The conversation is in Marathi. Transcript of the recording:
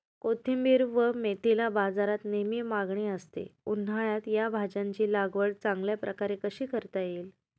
कोथिंबिर व मेथीला बाजारात नेहमी मागणी असते, उन्हाळ्यात या भाज्यांची लागवड चांगल्या प्रकारे कशी करता येईल?